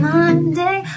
Monday